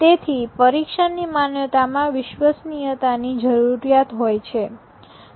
તેથી પરિક્ષણની માન્યતામાં વિશ્વસનીયતા ની જરૂરીયાત હોય છે